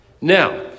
Now